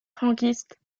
franquiste